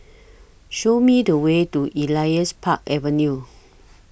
Show Me The Way to Elias Park Avenue